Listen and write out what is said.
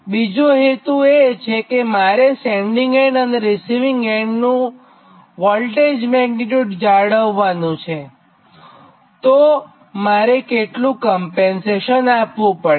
બીજો હેતુ એ છે કે મારે સેન્ડીંગ એન્ડ અને રીસિવીંગ એન્ડનું વોલ્ટેજ મેગ્નીટ્યુડ જાળવ્વાનું છેતો મારે કેટલું કમ્પેનસેશન આપવું પડે